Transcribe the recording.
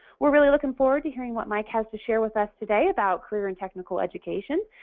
we're really looking forward to hearing what mike has to share with us today about career and technical education,